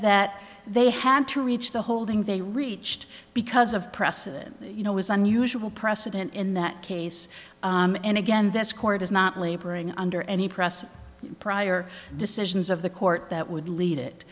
that they had to reach the holding they reached because of precedent you know was unusual precedent in that case and again this court is not laboring under any pressing prior decisions of the court that would lead it